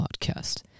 Podcast